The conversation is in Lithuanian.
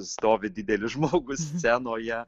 stovi didelis žmogus scenoje